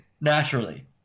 Naturally